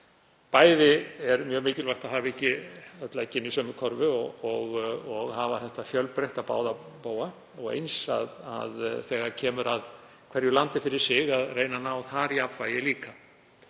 Bæði er mjög mikilvægt að hafa ekki öll eggin í sömu körfu og hafa þetta fjölbreytt á báða bóga og eins, þegar kemur að hverju landi fyrir sig, að reyna að ná jafnvægi þar